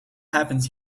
happens